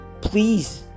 please